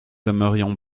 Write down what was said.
aimerions